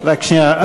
רק שנייה.